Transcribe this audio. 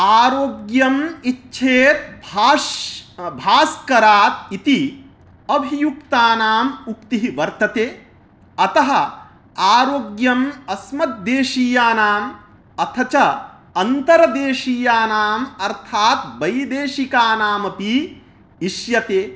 आरोग्यम् इच्छेत् भाश् भास्करात् इति अभियुक्तानाम् उक्तिः वर्तते अतः आरोग्यम् अस्मद् देशीयानाम् अथ च अन्तर्देशीयानाम् अर्थात् वैदेशिकानाम् अपि इष्यते